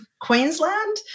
Queensland